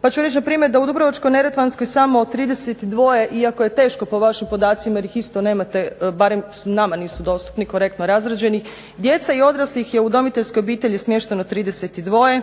pa ću reći npr. da u Dubrovačko-neretvanskoj samo od 32 iako je teško po vašim podacima, jer ih isto nemate, barem nama nisu dostupni, korektno razrađenih, djeca i odraslih je u udomiteljskoj obitelji smješteno 32,